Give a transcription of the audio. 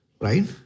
right